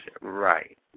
Right